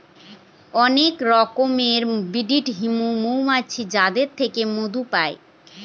অনেক রকমের ব্রিড হৈমু মৌমাছির যাদের থেকে মধু পাই